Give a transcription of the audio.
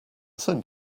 send